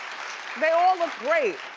they all look great.